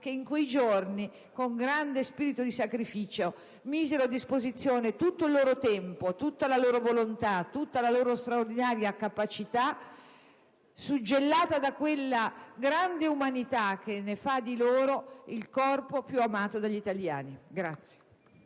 che in quei giorni, con grande spirito di sacrificio, misero a disposizione tutto il loro tempo, tutta la loro volontà, tutta la loro straordinaria capacità, suggellata da quella grande umanità che fa del loro il Corpo più amato dagli italiani.